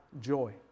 joy